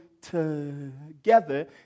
together